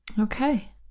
Okay